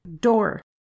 Door